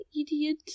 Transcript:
idiot